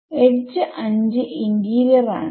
edge 5 interior ൽ ആണ്